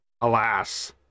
Alas